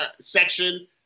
section